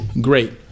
Great